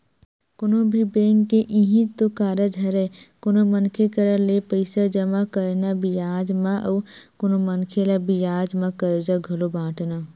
कोनो भी बेंक के इहीं तो कारज हरय कोनो मनखे करा ले पइसा जमा करना बियाज म अउ कोनो मनखे ल बियाज म करजा घलो बाटना